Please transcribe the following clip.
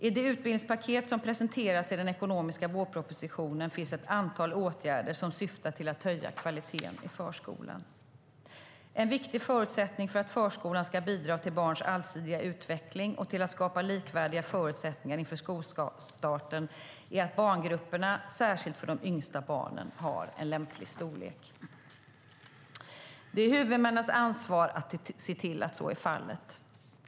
I det utbildningspaket som presenteras i den ekonomiska vårpropositionen finns ett antal åtgärder som syftar till att höja kvaliteten i förskolan. En viktig förutsättning för att förskolan ska bidra till barns allsidiga utveckling och till att skapa likvärdiga förutsättningar inför skolstarten är att barngrupperna, särskilt för de yngsta barnen, har en lämplig storlek. Det är huvudmännens ansvar att se till att så är fallet.